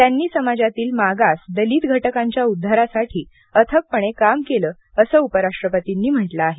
त्यांनी समाजातील मागास दलित घटकांच्या उद्धारासाठी अथकपणे काम केले असे उपराष्ट्रपतींनी म्हटले आहे